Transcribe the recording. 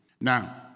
Now